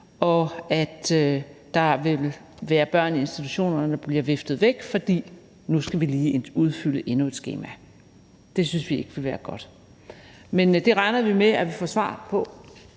at der vil være børn i institutionerne, der bliver viftet væk, for nu skal man lige udfylde endnu et skema. Det synes vi ikke ville være godt. Men det regner vi med at vi får svar på